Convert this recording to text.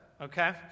okay